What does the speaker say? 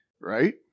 Right